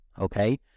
Okay